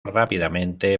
rápidamente